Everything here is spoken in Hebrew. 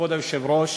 כבוד היושב-ראש,